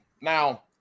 Now